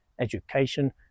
education